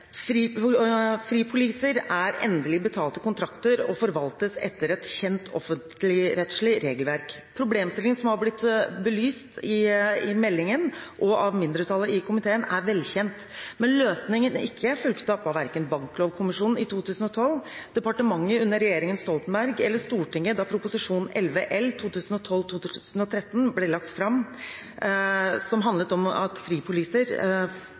Fripoliser er endelig betalte kontrakter og forvaltes etter et kjent offentligrettslig regelverk. Problemstillingen som har blitt belyst i meldingen og av mindretallet i komiteen, er velkjent, men løsningen er ikke fulgt opp av verken Banklovkommisjonen i 2012, departementet under regjeringen Stoltenberg eller Stortinget da Prop. 11 L for 2012–2013 ble lagt fram, som handlet om at fripoliser